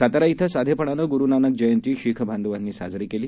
Satara धिंसाधेपणानंगुरुनानकजयंतीशिखबांधवांनीसाजरीकेली